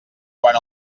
quan